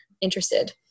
interested